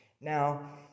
Now